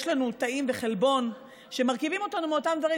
יש לנו תאים וחלבון שמרכיבים אותנו מאותם דברים,